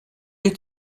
est